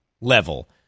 level